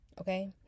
okay